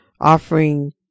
offering